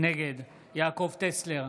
נגד יעקב טסלר,